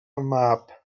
mab